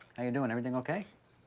how you doing, everything okay?